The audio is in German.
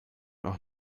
noch